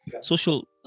social